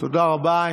תודה רבה.